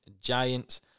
Giants